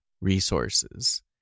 resources